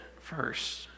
first